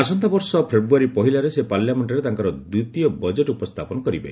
ଆସନ୍ତାବର୍ଷ ଫେବୃୟାରୀ ପହିଲାରେ ସେ ପାର୍ଲାମେଣ୍ଟରେ ତାଙ୍କର ଦ୍ୱିତୀୟ ବଜେଟ୍ ଉପସ୍ଥାପନ କରିବେ